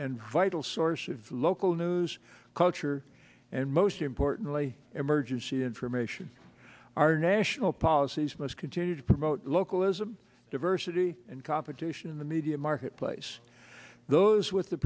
and vital source of local news culture and most importantly emergency information our national policies must continue to promote localism diversity and competition in the media marketplace those with the